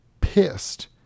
pissed